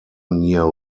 near